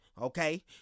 Okay